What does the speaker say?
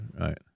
right